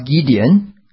Gideon